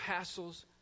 hassles